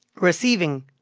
receiving